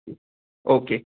जी okay